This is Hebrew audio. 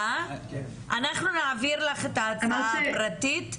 אנחנו נעביר לך את ההצעה הפרטית.